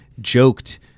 joked